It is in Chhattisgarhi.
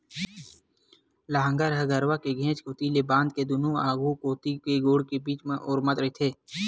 लांहगर ह गरूवा के घेंच कोती ले बांध के दूनों आघू कोती के गोड़ के बीच म ओरमत रहिथे